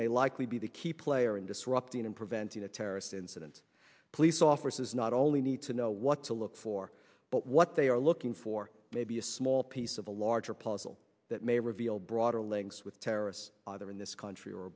may likely be the key player in disrupting and preventing a terrorist incident police offices not only need to know what to look for but what they are looking for may be a small piece of a larger puzzle that may reveal broader links with terrorists either in this country